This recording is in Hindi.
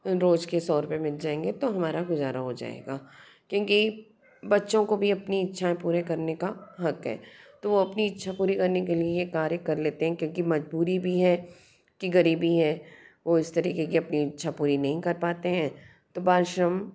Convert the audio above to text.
रोज़ के सो रुपये मिल जाएंगे तो हमारा गुज़ारा हो जाएगा क्योंकि बच्चों को भी अपनी इच्छाएँ पूरे करने का हक़ है तो अपनी इच्छा पूरी करने के लिए कार्य कर लेते हैं क्योंकि मजबूरी भी है कि ग़रीबी है वो इस तरीक़े की अपनी इच्छा पूरी नहीं कर पाते हैं तो बालश्रम